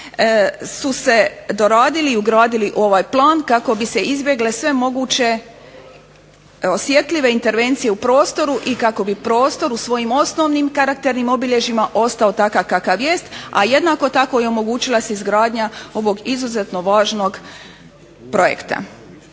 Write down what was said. su se doradili i ugradili u ovaj plan kako bi se izbjegle sve moguće osjetljive intervencije u prostoru i kako bi prostor u svojim osnovnim karakternim obilježjima ostao takav kakav jeste, a jednako tako omogućila se izgradnja ovog izuzetno važnog projekta.